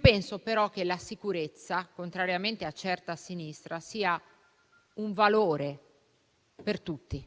Penso però che la sicurezza, contrariamente a certa a sinistra, sia un valore per tutti,